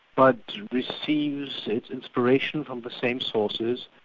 but receives its inspiration from the same sources,